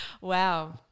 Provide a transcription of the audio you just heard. Wow